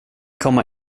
komma